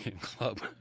Club